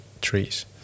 trees